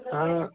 हाँ